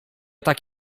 tak